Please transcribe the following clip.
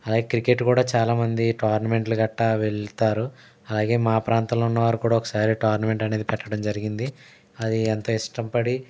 అలాగే క్రికెట్ కూడా చాలా మంది టోర్నమెంట్లు కట్టా వెళతారు అలాగే మా ప్రాంతంలో ఉన్నవారు కూడా ఒకసారి టోర్నమెంట్ అనేది పెట్టడం జరిగింది అది ఎంత ఇష్టం పడి